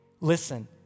Listen